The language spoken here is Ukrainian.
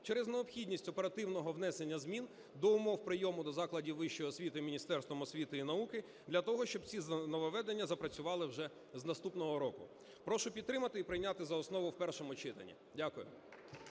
через необхідність оперативного внесення змін до умов прийому до закладів вищої освіти Міністерством освіти і науки, для того, щоб ці нововведення запрацювали вже з наступного року. Прошу підтримати і прийняти за основу в першому читанні. Дякую.